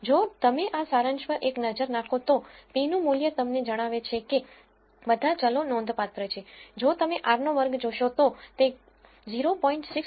જો તમે આ સારાંશ પર એક નજર નાખો તો p નું મૂલ્ય તમને જણાવે છે કે બધા ચલો નોંધપાત્ર છે જો તમે r નો વર્ગ જોશો તો તે 0